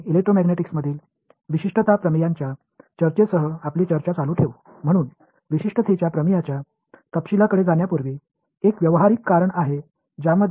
எனவே யூனிக்னஸ் தேற்றத்தின் விவரங்களுக்குச் செல்வதற்கு முன் யூனிக்னஸில் நாம் ஆர்வம் காட்டுவதற்கு நடைமுறைக் காரணம் உள்ளது